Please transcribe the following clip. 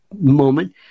moment